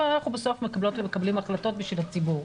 אבל אנחנו בסוף מקבלות ומקבלים החלטות בשביל הציבור,